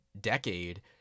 decade